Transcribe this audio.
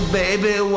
baby